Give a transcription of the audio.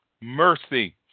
Mercy